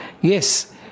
yes